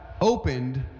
opened